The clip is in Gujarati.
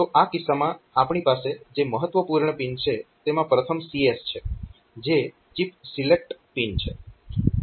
તો આ કિસ્સામાં આપણી પાસે જે મહત્વપૂર્ણ પિન છે તેમાં પ્રથમ CS છે જે ચિપ સિલેક્ટ પિન છે